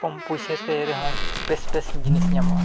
ᱠᱚᱢ ᱯᱚᱭᱥᱟᱛᱮ ᱨᱮᱦᱚᱸ ᱵᱮ ᱥ ᱵᱮ ᱥ ᱡᱤᱱᱤᱥ ᱧᱟᱢᱚᱜᱼᱟ